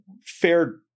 fared